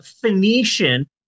Phoenician